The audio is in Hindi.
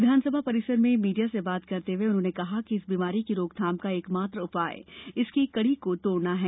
विधानसभा परिसर में मीडिया से बात करते हुए उन्होंने कहा कि इस बीमारी की रोकथाम का एकमात्र उपाय इसकी कड़ी को तोड़ना है